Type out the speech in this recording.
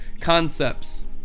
concepts